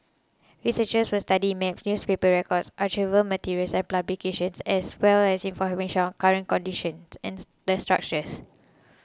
researchers will study maps newspaper records archival materials and publications as well as information on current conditions and the structures